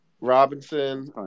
Robinson